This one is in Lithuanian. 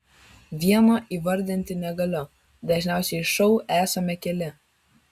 vieno įvardinti negaliu dažniausiai šou esame keli